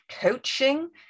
coaching